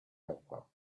helper